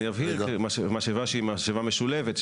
משאבה שהיא משאבה משולבת,